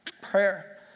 prayer